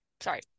Sorry